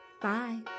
Bye